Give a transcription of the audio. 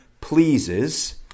pleases